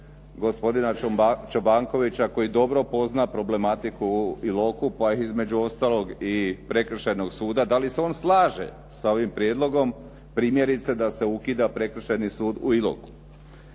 gospodina Čobankovića koji dobro pozna problematiku u Iloku pa između ostalog i prekršajnog suda da li se on slažem s ovim prijedlogom primjerice da se ukida Prekršajni sud u Iloku.